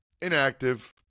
inactive